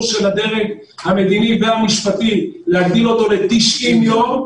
של הדרג המדיני והמשפטי להגדיל אותו ל-90 יום.